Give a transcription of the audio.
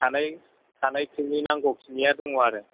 हानायखिनि नांगौखिनिया दङ आरो